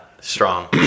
strong